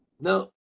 no